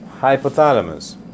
hypothalamus